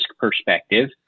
perspective